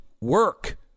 work